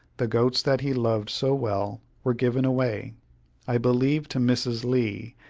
the goats that he loved so well were given away i believe to mrs. lee,